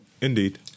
Indeed